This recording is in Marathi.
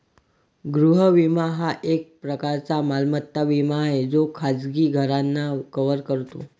गृह विमा हा एक प्रकारचा मालमत्ता विमा आहे जो खाजगी घरांना कव्हर करतो